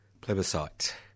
plebiscite